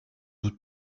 doute